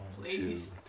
please